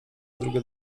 drugie